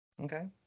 Okay